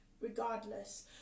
regardless